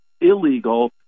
illegal